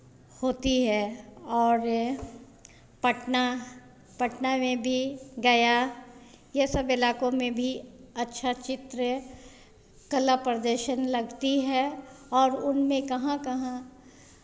होती है और ये पटना पटना में भी गया ये सब इलाकों में भी अच्छा चित्र कला प्रदर्शन लगती है और उनमें कहाँ कहाँ